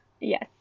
Yes